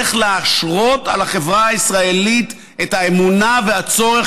איך להשרות על החברה הישראלית את האמונה והצורך,